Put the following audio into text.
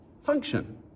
function